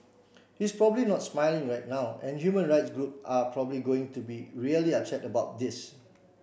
he's probably not smiling right now and human rights group are probably going to be really upset about this